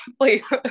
please